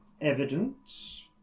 evidence